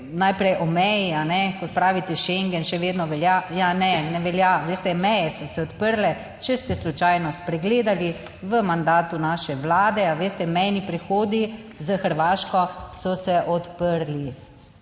najprej o meji, kot pravite, Schengen še vedno velja. Ja, ne, ne velja, veste, meje so se odprle, če ste slučajno spregledali, v mandatu naše vlade. A veste, mejni prehodi s Hrvaško so se odprli.